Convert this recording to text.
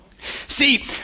See